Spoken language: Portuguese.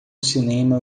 cinema